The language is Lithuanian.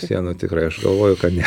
sienų tikrai aš galvoju kad ne